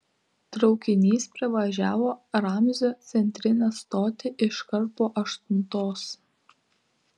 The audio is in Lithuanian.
traukinys privažiavo ramzio centrinę stotį iškart po aštuntos